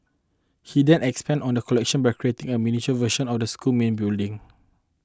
he then expanded on the collection by creating a miniature version of the school's main building